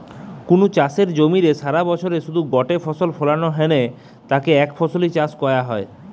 কুনু চাষের জমিরে সারাবছরে শুধু গটে ফসল ফলানা হ্যানে তাকে একফসলি চাষ কয়া হয়